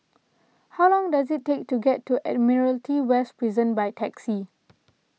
how long does it take to get to Admiralty West Prison by taxi